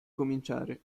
cominciare